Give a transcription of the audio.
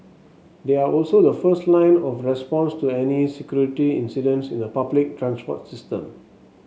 they are also the first line of response to any security incidents in the public transport system